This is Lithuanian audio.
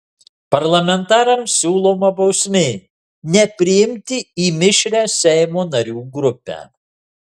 parlamentarams siūloma bausmė nepriimti į mišrią seimo narių grupę